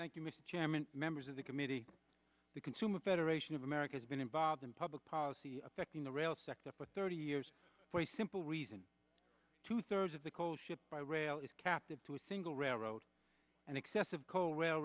thank you mr chairman members of the committee the consumer federation of america has been involved in public policy affecting the rail sector for thirty years for a simple reason two thirds of the coal shipped by rail is captive to a single railroad and excessive colwell